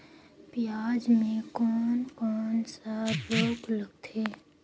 पियाज मे कोन कोन सा रोग लगथे?